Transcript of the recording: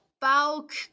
bulk